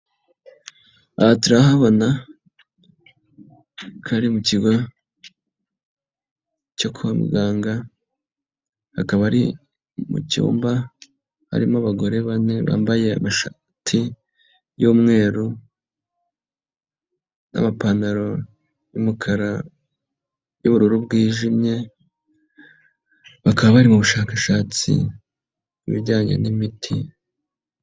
Aha turahabona ko ari mu kirwa cyo kwa muganga, akaba ari mu cyumba harimo abagore bane bambaye amashati y'umweru n'amapantaro y'umukara y'ubururu bwijimye, bakaba bari mu bushakashatsi ku bijyanye n'imiti.